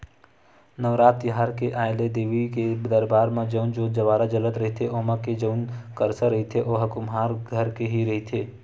नवरात तिहार के आय ले देवी के दरबार म जउन जोंत जंवारा जलत रहिथे ओमा के जउन करसा रहिथे ओहा कुम्हार घर के ही रहिथे